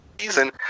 season